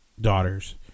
daughters